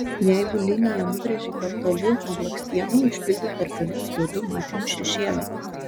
jeigu liniją nubrėžei per toli nuo blakstienų užpildyk tarpelius juodu matiniu šešėliu